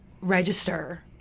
register